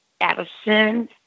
Addison